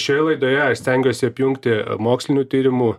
šioje laidoje aš stengiuosi apjungti mokslinių tyrimų